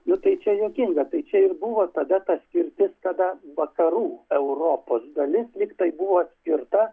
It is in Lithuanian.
nu tai čia juokinga tai čia ir buvo tada ta skirtis kada vakarų europos dalis lygtai buvo atskirta